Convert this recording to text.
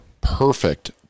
perfect